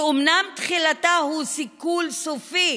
שאומנם תחילתה היא סיכול סופי